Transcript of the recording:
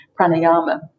pranayama